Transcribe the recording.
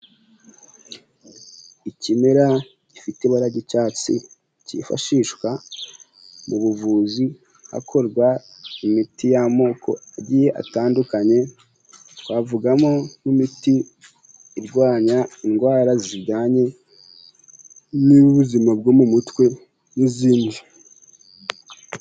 Ikimera gifite ibara ry'icyatsi, cyifashishwa mu buvuzi, hakorwa imiti y'amoko agiye atandukanye, twavugamo nk'imiti irwanya indwara zijyanye n'ubuzima bwo mu mutwe, n'izindi.